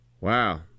Wow